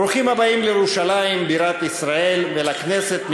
ברוכים הבאים לירושלים בירת ישראל ולכנסת,